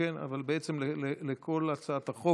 בעצם על כל הצעת החוק.